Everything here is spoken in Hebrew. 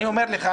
אני אומר לך,